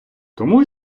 тому